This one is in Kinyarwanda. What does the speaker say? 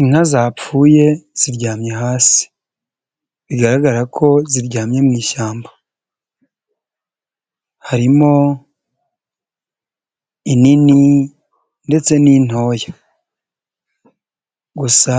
Inka zapfuye ziryamye hasi bigaragara ko ziryamye mu ishyamba, harimo inini ndetse n'intoya gusa